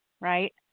right